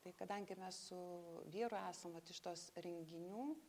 tai kadangi mes su vyru esam vat iš tos renginių